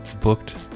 booked